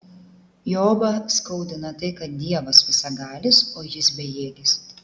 jobą skaudina tai kad dievas visagalis o jis bejėgis